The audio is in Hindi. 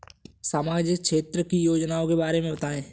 सामाजिक क्षेत्र की योजनाओं के बारे में बताएँ?